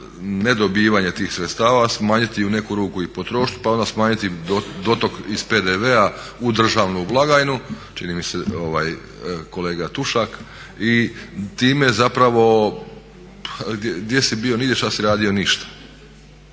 nedobivanje tih sredstava smanjiti u neku ruku i potrošnju pa onda smanjiti i dotok iz PDV-a u državnu blagajnu, čini mi se kolega Tušak, i time zapravo gdje si bio, nigdje, što si radio, ništa.